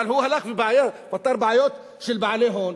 אבל הוא הלך ופתר בעיות של בעלי הון,